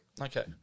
Okay